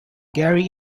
gary